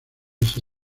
ese